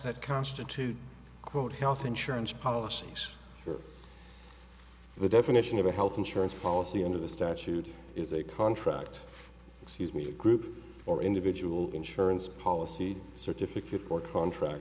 that constitute quote health insurance policies the definition of a health insurance policy under the statute is a contract excuse me a group or individual insurance policy certificate or contract